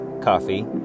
coffee